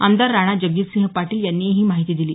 आमदार राणाजगजितसिंह पाटील यांनी ही माहिती दिली